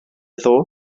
ddoe